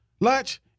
lunch